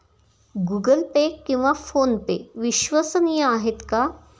Google Pay किंवा फोनपे विश्वसनीय आहेत का?